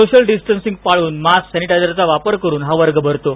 social distancing पळून mask सॅनिटायझरचा वापर करून हा वर्ग भरतो